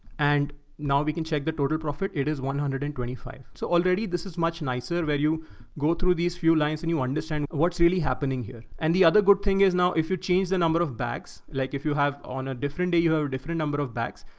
and now we can check the total profit. it is one hundred and twenty five. so already this is much nicer where you go through these few lines and you understand what's really happening here. and the other good thing is now, if you change the number of bags, like if you have, on a different day, you have a different number of bags,